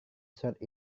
surat